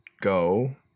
go